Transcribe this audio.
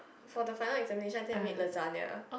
for the final examination I think I made lasagna